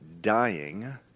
dying